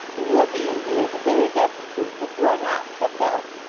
in your being here, the very best proof that you are not kept out.